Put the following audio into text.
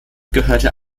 gehörte